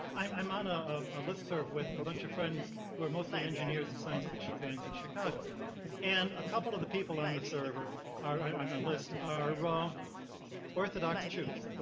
i'm i'm on ah a list serve with a bunch of friends who are mostly engineers and science fiction fans in chicago and a couple of the people on the server are on our list are ah orthodox jews.